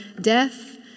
death